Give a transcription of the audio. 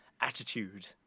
attitude